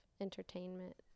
Entertainment